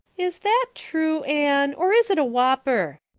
is that true, anne? or is it a whopper?